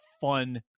fun